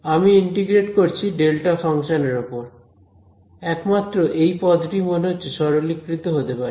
আমি ইন্টিগ্রেট করছি delta function এর ওপর একমাত্র এই পদটি মনে হচ্ছে সরলীকৃত হতে পারে